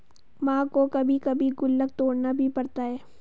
मां को कभी कभी गुल्लक तोड़ना भी पड़ता है